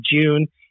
June